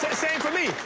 same for me.